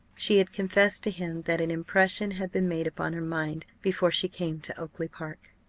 she had confessed to him that an impression had been made upon her mind before she came to oakly-park.